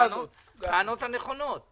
הטענות הנכונות.